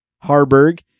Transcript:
Harburg